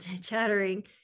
chattering